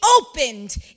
opened